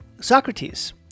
Socrates